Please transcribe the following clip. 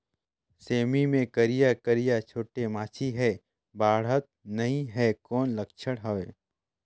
सेमी मे करिया करिया छोटे माछी हे बाढ़त नहीं हे कौन लक्षण हवय?